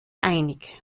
einig